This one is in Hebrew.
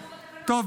טוב,